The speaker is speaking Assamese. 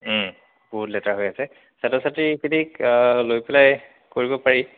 বহুত লেতেৰা হৈ আছে ছাত্ৰ ছাত্ৰীখিনিক লৈ পেলাই কৰিব পাৰি